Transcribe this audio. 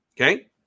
Okay